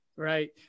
Right